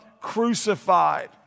crucified